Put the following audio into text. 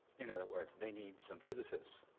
in other words, they need some physicists.